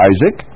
Isaac